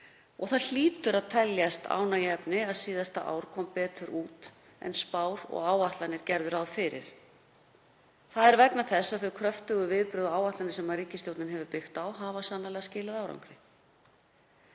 Það hlýtur að teljast ánægjuefni að síðasta ár kom betur út en spár og áætlanir gerðu ráð fyrir. Það er vegna þess að þau kröftugu viðbrögð og áætlanir sem ríkisstjórnin hefur byggt á hafa sannarlega skilað árangri.